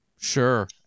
Sure